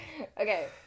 Okay